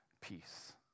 peace